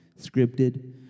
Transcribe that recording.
scripted